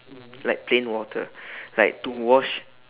like plain water like to wash